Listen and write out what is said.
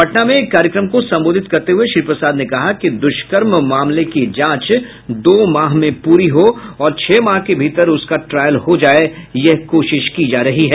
पटना में एक कार्यक्रम को संबोधित करते हये श्री प्रसाद ने कहा कि दुष्कर्म मामले की जांच दो माह में पूरी हो और छह माह के भीतर उसका ट्रायल हो जाय यह कोशिश है